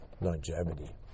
longevity